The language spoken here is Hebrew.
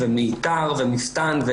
ומתר ומפתן,